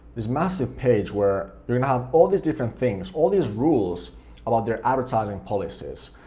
this massive page where you're gonna have all these different things, all these rules about their advertising policies.